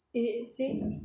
is it basic